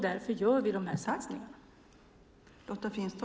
Därför gör vi de här satsningarna.